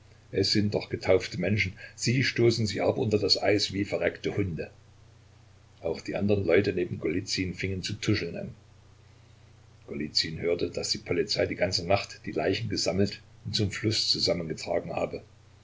es sind doch getaufte menschen sie stoßen sie aber unter das eis wie verreckte hunde auch die andern leute neben golizyn fingen zu tuscheln an golizyn hörte daß die polizei die ganze nacht die leichen gesammelt und zum fluß zusammengetragen habe